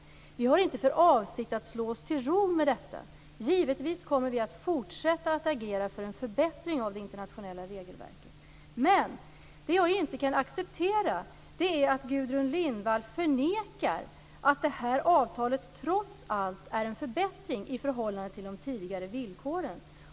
Vi har inte för avsikt att slå oss till ro med detta. Givetvis kommer vi att fortsätta att agera för en förbättring av det internationella regelverket. Vad jag dock inte kan acceptera är att Gudrun Lindvall förnekar att det här avtalet trots allt är en förbättring i förhållande till tidigare villkor.